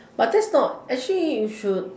but that's not actually you should